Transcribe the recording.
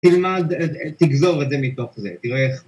תלמד, תגזור את זה מתוך זה, תראה איך.